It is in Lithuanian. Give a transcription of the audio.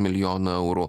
milijonų eurų